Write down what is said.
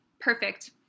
perfect